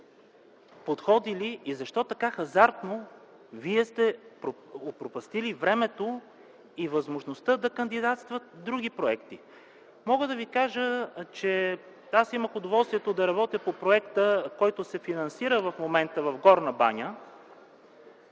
подходили и защо така хазартно вие сте опропастили времето и възможността да кандидатстват други проекти. Мога да ви кажа, че аз имах удоволствието да работя по проекта, който се финансира в момента в Горна баня.